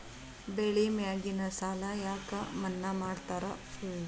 ಬೆಳಿ ಮ್ಯಾಗಿನ ಸಾಲ ಯಾಕ ಮನ್ನಾ ಮಾಡ್ತಾರ?